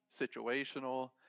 Situational